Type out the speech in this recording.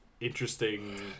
interesting